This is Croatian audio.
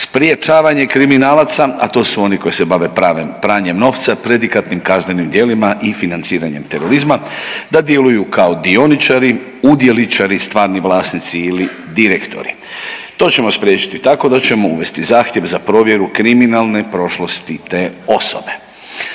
sprječavanje kriminalaca, a to su oni koji se bave pranjem novca, predikatnim kaznenim djelima i financiranjem terorizma da djeluju kao dioničari, udijeličari i stvarni vlasnici ili direktori. To ćemo spriječiti da ćemo uvesti zahtjev za provjeru kriminalne prošlosti te osobe.